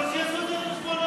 אבל שיעשו את זה על חשבונם,